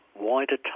wider